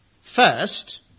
First